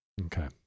Okay